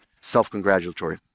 self-congratulatory